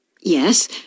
Yes